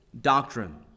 Doctrine